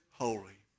holy